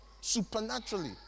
Supernaturally